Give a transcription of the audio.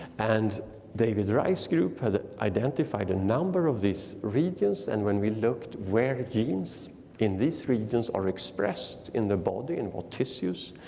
and david reich's group had identified a number of these regions and when we looked where genes in these regions are expressed in the body and what tissues,